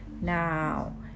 Now